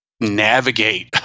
navigate